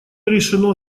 решено